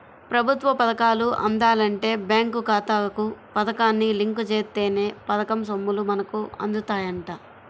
ప్రభుత్వ పథకాలు అందాలంటే బేంకు ఖాతాకు పథకాన్ని లింకు జేత్తేనే పథకం సొమ్ములు మనకు అందుతాయంట